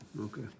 Okay